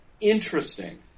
interesting